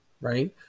right